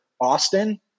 Austin